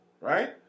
right